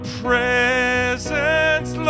presence